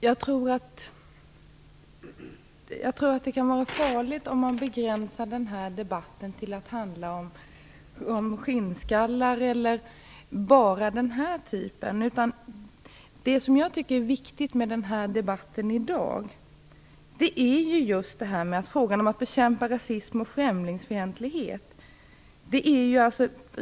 Herr talman! Jag tror att det kan vara farligt om man begränsar den här debatten till att handla om skinnskallar eller enbart den typen av grupper. Det som jag tycker är viktigt med debatten i dag är just frågan hur man skall bekämpa rasism och främlingsfientlighet.